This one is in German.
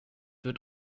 wird